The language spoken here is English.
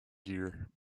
year